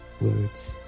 words